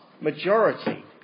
majority